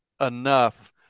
enough